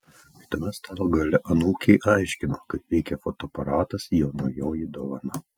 kitame stalo gale anūkei aiškino kaip veikia fotoaparatas jo naujoji dovana